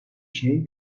şey